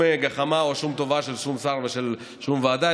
גחמה או שום טובה של שום שר ושל שום ועדה,